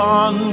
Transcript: on